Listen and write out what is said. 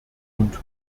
und